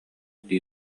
дии